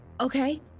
Okay